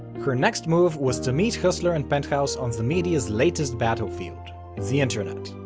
her next move was to meet hustler and penthouse on the media's latest battlefield the internet.